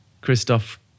Christoph